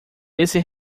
esse